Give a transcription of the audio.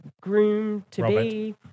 groom-to-be